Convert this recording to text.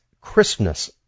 crispness